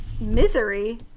Misery